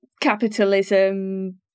capitalism